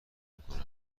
میکنن